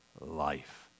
life